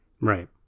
Right